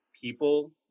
people